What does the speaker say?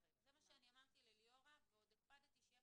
זה מה שאמרתי לליאורה ועוד הקפדתי שיהיה